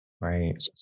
Right